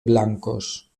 blancos